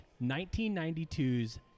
1992's